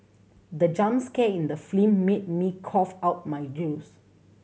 the jump scare in the film made me cough out my juice